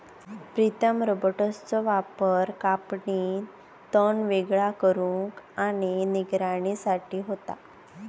प्रीतम रोबोट्सचो वापर कापणी, तण वेगळा करुक आणि निगराणी साठी होता